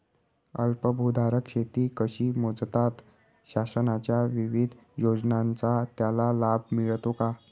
अल्पभूधारक शेती कशी मोजतात? शासनाच्या विविध योजनांचा त्याला लाभ मिळतो का?